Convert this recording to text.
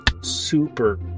super